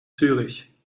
zürich